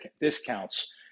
discounts